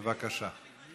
בבקשה.